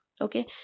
okay